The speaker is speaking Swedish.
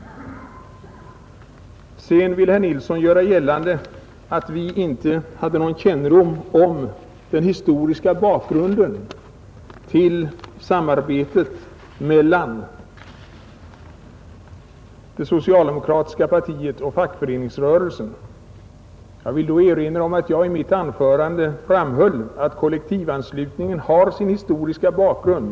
Sedan ville herr Nilsson göra gällande att vi inte hade någon kännedom om den historiska bakgrunden till sambandet mellan det socialdemokratiska partiet och fackföreningsrörelsen. Jag vill då erinra om att jag i mitt anförande framhöll att kollektivanslutningen har sin historiska bakgrund.